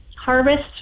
harvest